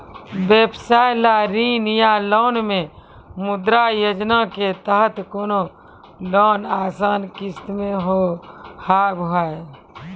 व्यवसाय ला ऋण या लोन मे मुद्रा योजना के तहत कोनो लोन आसान किस्त मे हाव हाय?